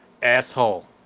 Asshole